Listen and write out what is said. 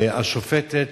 והשופטת